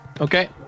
Okay